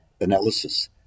analysis